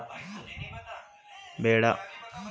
ಸಾಲ ವಾಪಸ್ ಕಟ್ಟಕ ಖಾಸಗಿ ಆ್ಯಪ್ ಗಳನ್ನ ಬಳಸಬಹದಾ?